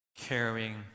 caring